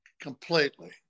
completely